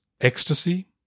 ecstasy